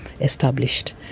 established